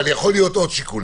אבל יכולים להיות עוד שיקולים.